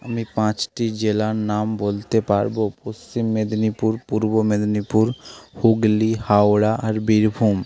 আমি পাঁচটি জেলার নাম বলতে পারব পশ্চিম মেদিনীপুর পূর্ব মেদিনীপুর হুগলি হাওড়া আর বীরভূম